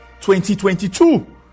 2022